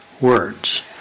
words